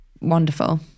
wonderful